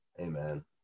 amen